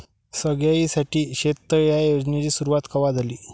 सगळ्याइसाठी शेततळे ह्या योजनेची सुरुवात कवा झाली?